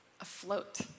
afloat